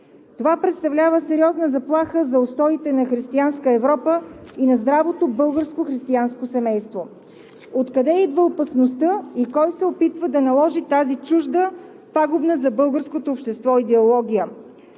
Това представлява сериозна заплаха за устоите на християнска Европа и на здравото българско християнско семейство. Откъде идва опасността и кой се опитва да наложи тази чужда, пагубна за българското общество идеология?